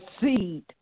seed